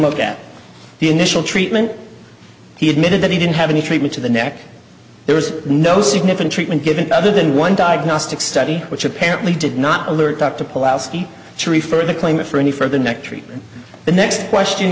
look at the initial treatment he admitted that he didn't have any treatment to the neck there was no significant treatment given other than one diagnostic study which apparently did not alert talk to pull out to refer the claimant for any further neck treatment the next question